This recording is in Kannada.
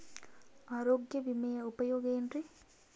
ಆರೋಗ್ಯ ವಿಮೆಯ ಉಪಯೋಗ ಏನ್ರೀ?